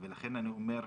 אני אומר,